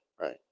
right